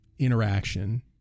Interaction